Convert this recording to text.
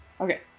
okay